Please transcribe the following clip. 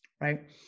right